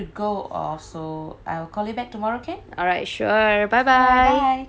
alright sure bye